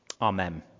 Amen